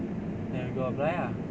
then we go apply lah